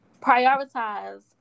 prioritize